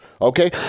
Okay